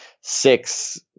six